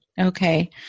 Okay